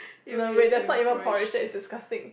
no wait that's not even porridge that's disgusting